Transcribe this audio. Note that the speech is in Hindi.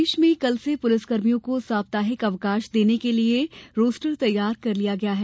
प्रदेश में कल से पुलिसकर्मियों को साप्ताहिक अवकाश देने के लिये रोस्टर तैयार कर लिया गया है